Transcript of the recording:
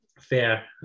Fair